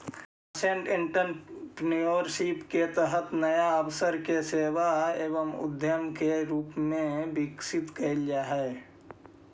nascent entrepreneurship के तहत नया अवसर के सेवा एवं उद्यम के रूप में विकसित कैल जा हई